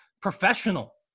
professional